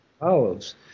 olives